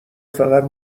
فقط